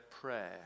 prayer